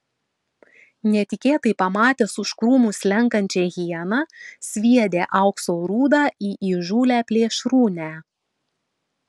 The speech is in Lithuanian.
netikėtai pamatęs už krūmų slenkančią hieną sviedė aukso rūdą į įžūlią plėšrūnę